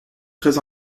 très